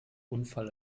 unfall